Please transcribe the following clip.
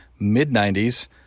mid-'90s